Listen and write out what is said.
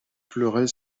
pleurait